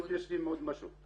רציתי להשלים עוד משהו,